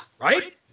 Right